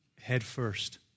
headfirst